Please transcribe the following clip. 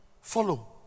Follow